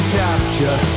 capture